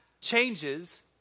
changes